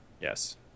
Yes